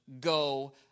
go